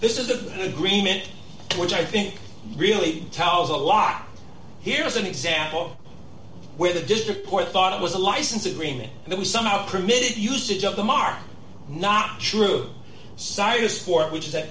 this is the green mint which i think really tells a lot here is an example where the district court thought it was a license agreement and it was somehow permitted usage of them are not true sire sport which is